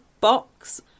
Box